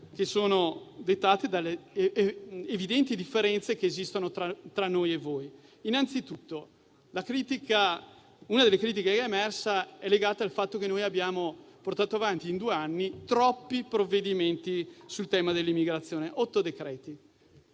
analisi dettate dalle evidenti differenze che esistono tra noi e voi. Innanzitutto, una delle critiche emerse è legata al fatto che in due anni abbiamo portato avanti troppi provvedimenti sul tema dell'immigrazione: otto decreti-legge.